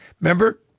remember